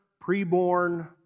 pre-born